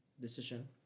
decision